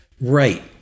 Right